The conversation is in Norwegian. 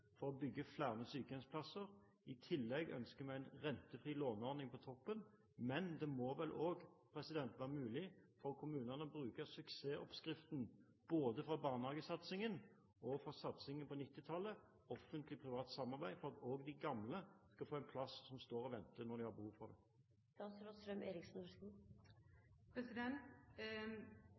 for å bygge flere sykehjemsplasser. I tillegg ønsker vi en rentefri låneordning på toppen, men det må vel også være mulig for kommunene å bruke suksessoppskriften, både fra barnehagesatsingen og fra satsingen på 1990-tallet, Offentlig Privat Samarbeid, for at også de gamle skal få en plass som står og venter når de har behov for